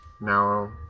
Now